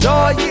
Joy